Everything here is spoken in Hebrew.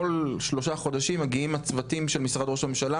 כל שלושה חודשים מגיעים הצוותים של משרד ראש הממשלה,